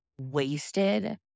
wasted